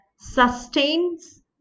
sustains